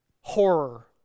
horror